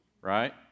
right